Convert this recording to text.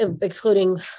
excluding